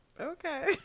Okay